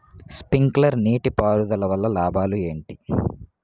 Sprinkler నీటిపారుదల వల్ల లాభాలు ఏంటి?